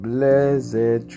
Blessed